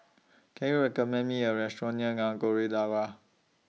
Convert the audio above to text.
Can YOU recommend Me A Restaurant near Nagore Dargah